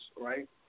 right